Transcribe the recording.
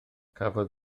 cafodd